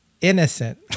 innocent